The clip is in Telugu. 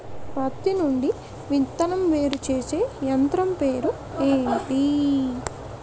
పత్తి నుండి విత్తనం వేరుచేసే యంత్రం పేరు ఏంటి